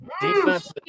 Defense